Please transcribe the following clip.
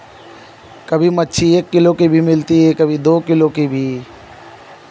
कभी मच्छी एक किलो की भी मिलती है कभी दो किलो की भी